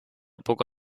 poca